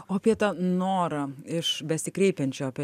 o apie tą norą iš besikreipiančių apie